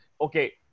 okay